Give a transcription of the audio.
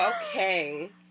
Okay